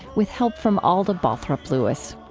with help from alda balthrop-lewis.